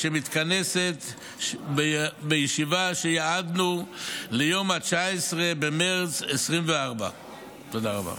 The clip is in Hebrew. שמתכנסת בישיבה שייעדנו ליום 19 במרץ 2024. תודה רבה.